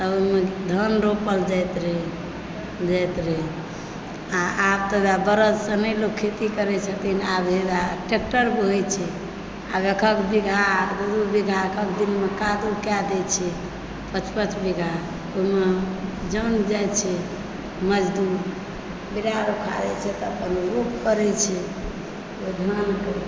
तऽ ओहिमे धान रोपल जाइत रहए जाइत रहए आ आब तऽ ओएह बरदसँ नहि लोक खेती करए छथिन आब हेबा ट्रैक्टर होय छै आब एक एक बीघा दू दू बीघा एक एक दिनमे कादो कए दए छै पँच पँच बीघा ओहिमे जन जाइत छै मजदूर उखारै छै तब रूख करए छै ओहि धानके